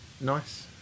Nice